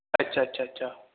ਅੱਛਾ ਅੱਛਾ ਅੱਛਾ